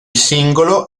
singolo